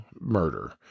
murder